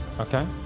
Okay